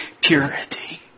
purity